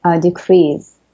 decrease